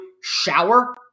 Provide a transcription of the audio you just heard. shower